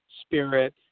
spirit